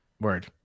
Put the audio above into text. Word